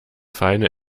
feine